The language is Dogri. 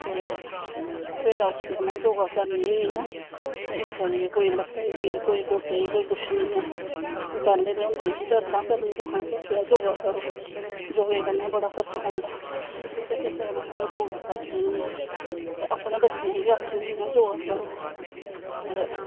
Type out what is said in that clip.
ते सवेरै उट्ठी जाना योगा करनें गी ते इस्सै गल्लां कोई लत्ते गी पीड़ कोई गोड्डे गी पीड़ कुश नी ऐ पैह्लैं ते होंदा हां दर्दां फिर कुसै नै दस्सेआ योगा करो योगे कन्नैं बड़ा फर्क पौंदा ते इस्सै गल्लां हून में योगा करनी होन्नी आं ते अपनें बच्चें गी बी आखनी होन्नी आं कि योगा करो ते